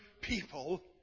people